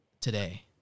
today